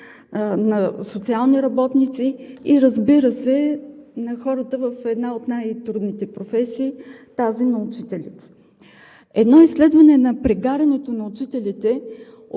на социалните работници и, разбира се, на хората с една от най-трудните професии – тази на учителите. Едно изследване на прегарянето на учителите